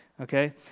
okay